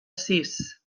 sis